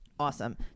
Awesome